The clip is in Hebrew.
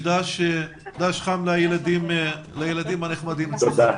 וד"ש חם לילדים הנחמדים אצלך.